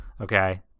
Okay